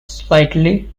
slightly